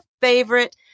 favorite